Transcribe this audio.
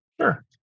Sure